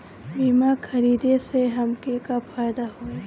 बीमा खरीदे से हमके का फायदा होई?